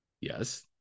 yes